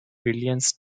billions